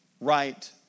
right